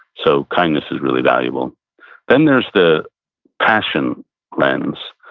so kindness is really valuable then there's the passion lens,